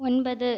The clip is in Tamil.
ஒன்பது